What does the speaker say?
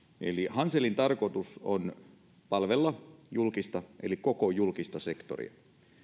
hanselin tarkoitus on palvella koko julkista sektoria